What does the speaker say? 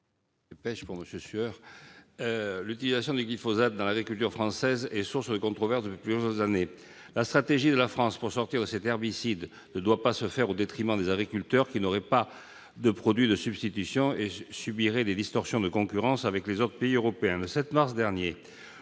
L'utilisation du glyphosate dans l'agriculture française est source de controverses depuis plusieurs années. La stratégie de la France pour sortir de cet herbicide ne doit pas se faire au détriment des agriculteurs, qui n'auraient pas de produits de substitution et subiraient des distorsions de concurrence avec les autres pays européens. Le 7 mars 2019,